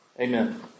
Amen